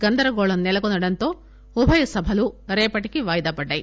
గంధరగోళం నెలకొనడంతో ఉభయ సభలు రేపటికి వాయిదా పడ్డాయి